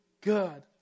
good